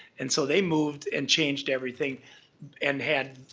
and so they moved and changed everything and had,